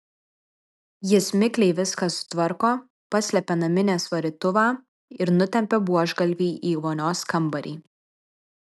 jis mikliai viską sutvarko paslepia naminės varytuvą ir nutempia buožgalvį į vonios kambarį